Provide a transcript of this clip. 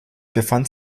befand